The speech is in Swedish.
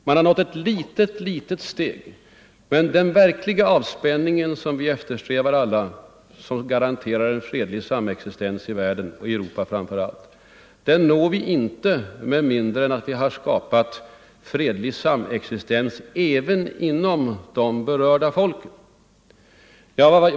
Man har tagit ett litet, litet steg framåt, men den verkliga avspänningen som vi alla eftersträvar, och som garanterar en fredlig samexistens i Europa, når vi inte med mindre än att vi kan skapa en fri och fredlig samexistens även inom de berörda staterna.